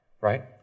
right